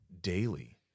daily